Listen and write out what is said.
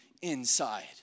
inside